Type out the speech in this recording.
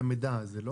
המידע הזה, לא?